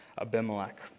Abimelech